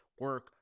Work